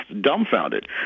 dumbfounded